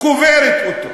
קוברת אותו.